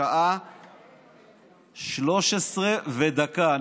בשעה 15:01,